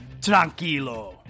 tranquilo